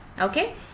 Okay